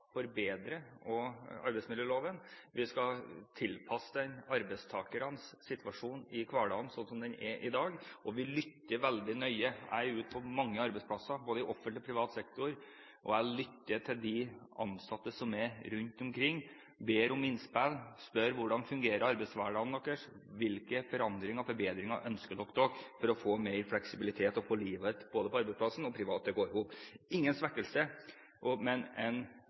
arbeidsmiljøloven. Vi skal tilpasse den arbeidstakernes situasjon i hverdagen, som den er i dag. Vi lytter veldig nøye. Jeg er ute på mange arbeidsplasser, både i offentlig og privat sektor. Jeg lytter til de ansatte rundt omkring. Jeg ber om innspill og spør om hvordan arbeidshverdagen deres fungerer. Jeg spør om hvilke forandringer og forbedringer de ønsker seg for å få mer fleksibilitet og å få livet på arbeidsplassen og privat til å gå opp. Det er ingen svekkelse, men en